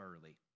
early